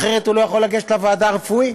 אחרת הוא לא יכול לגשת לוועדה הרפואית,